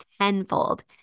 tenfold